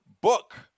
book